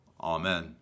Amen